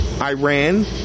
Iran